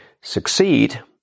succeed